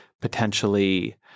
potentially